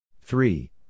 Three